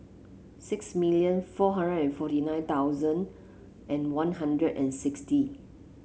six million four hundred and forty nine thousand and One Hundred and sixty